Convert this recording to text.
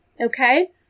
Okay